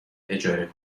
اجاره